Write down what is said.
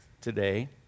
today